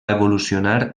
evolucionar